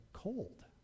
cold